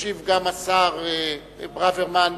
ישיב גם השר ברוורמן,